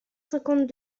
cent